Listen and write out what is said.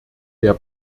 der